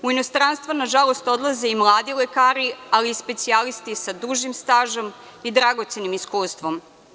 U inostranstvo, nažalost, odlaze i mladi lekari, ali i specijalisti sa dužim stažom i dragocenim iskustvom.